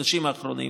החודשים האחרונים,